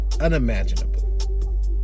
unimaginable